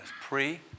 pre